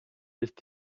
ist